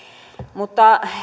mutta